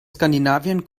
skandinavien